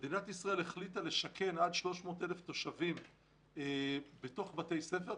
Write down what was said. מדינת ישראל החליטה לשכן עד 300,000 תושבים בתוך בתי ספר,